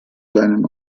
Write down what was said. seinem